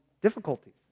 difficulties